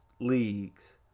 leagues